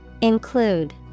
Include